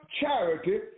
charity